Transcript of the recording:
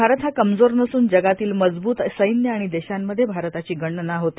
भारत हा कमजोर नसून जगातील मजबूत सैन्य आर्गण देशांमध्ये भारताची गणना होते